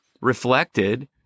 reflected